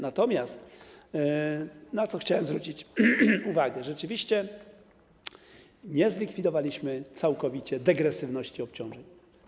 Natomiast, na co chciałem zwrócić uwagę, rzeczywiście nie zlikwidowaliśmy całkowicie degresywności obciążeń.